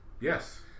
Yes